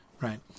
right